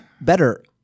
better